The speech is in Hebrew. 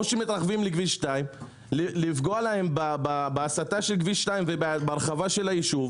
או שמתרחבים בכביש 2. לפגוע להם בהסטה של כביש 2 ובהרחבה של היישוב,